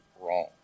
wrong